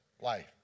life